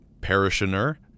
parishioner